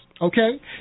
Okay